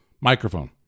microphone